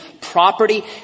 property